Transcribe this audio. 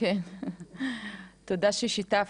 תודה ששיתפת,